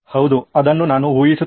ಹೌದು ಅದನ್ನು ನಾನು ಊಹಿಸುತ್ತೇನೆ